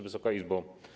Wysoka Izbo!